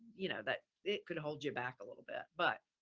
you know that it could hold you back a little bit, but